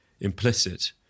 implicit